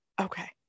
Okay